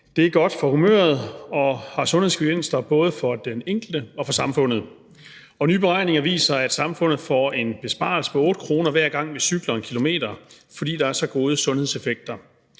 Det er godt for humøret og har sundhedsgevinster for både den enkelte og for samfundet. Og nye beregninger viser, at samfundet får en besparelse på 8 kr., hver gang vi cykler 1 km, fordi det har så gode sundhedseffekter.